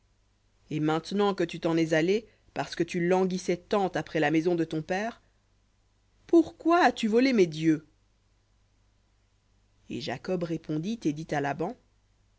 et maintenant que tu t'en es allé parce que tu languissais tant après la maison de ton père pourquoi as-tu volé mes dieux et jacob répondit et dit à laban